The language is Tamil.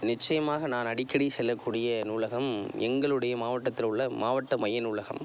நிச்சியமாக நான் அடிக்கடி செல்லக்கூடிய நூலகம் எங்களுடைய மாவட்டத்தில் உள்ள மாவட்ட மைய நூலகம்